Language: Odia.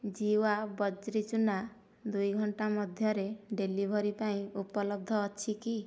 ଜୀୱା ବଜ୍ରି ଚୁନା ଦୁଇ ଘଣ୍ଟାମଧ୍ୟରେ ଡେଲିଭରି ପାଇଁ ଉପଲବ୍ଧ ଅଛି କି